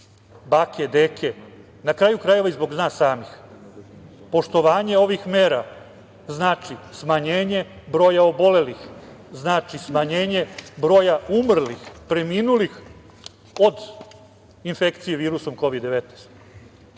bake, deke. Na kraju krajeva, i zbog nas samih. Poštovanje ovih mera znači smanjenje broja obolelih, znači smanjenje broja umrlih, preminulih od infekcije virusom Kovid-19